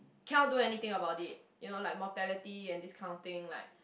cannot do anything about it you know like mortality and this kind of thing like